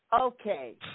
okay